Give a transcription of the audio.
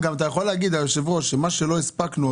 אתה גם יכול להגיד שמה שלא הספקנו,